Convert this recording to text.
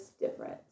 different